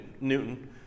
Newton